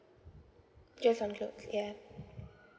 just on clothes yeah